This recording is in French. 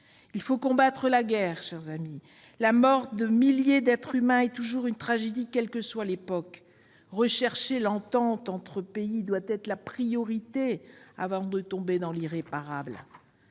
Il faut combattre la guerre, mes chers amis. La mort de milliers d'êtres humains est toujours une tragédie, quelle que soit l'époque. Rechercher l'entente entre les nations doit être la priorité avant de tomber dans l'irréparable.